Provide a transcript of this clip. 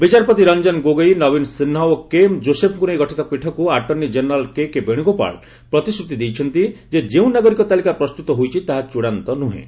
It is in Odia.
ବିଚାରପତି ରଞ୍ଜନ ଗୋଗଇ ନବୀନ ସିହ୍ନା ଓ କେଏମ୍ ଜୋସେଫ୍ଙ୍କୁ ନେଇ ଗଠିତ ପୀଠକୁ ଆଟର୍ଶ୍ଣି ଜେନେରାଲ୍ କେକେ ବେଣୁଗୋପାଳ ପ୍ରତିଶ୍ରତି ଦେଇଛନ୍ତି ଯେ ଯେଉଁ ନାଗରିକ ତାଲିକା ପ୍ରସ୍ତୁତ ହୋଇଛି ତାହା ଚଡ଼ାନ୍ତ ନୁହେଁ